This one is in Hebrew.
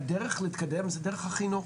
היא שהדרך להתקדם זה דרך החינוך.